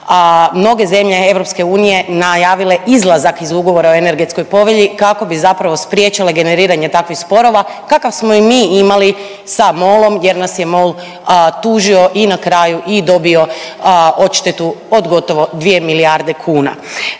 mnoge zemlje EU najavile izlazak iz Ugovora o energetskoj povelji kako bi zapravo spriječile generiranje takvih sporova kakav smo i mi imali sa Molom jer nas je Mol tužio i na kraju i dobio odštetu od gotovo dvije milijarde kuna.